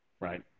right